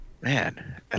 Man